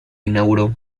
inauguró